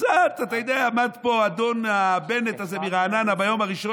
עמד פה אדון בנט הזה מרעננה ביום הראשון